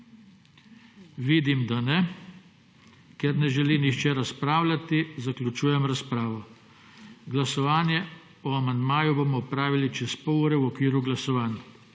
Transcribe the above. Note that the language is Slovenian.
Vidim, da ne. Ker ne želi nihče razpravljati, zaključujem razpravo. Glasovanje o amandmaju bomo opravili čez pol ure v okviru glasovanj.